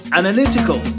analytical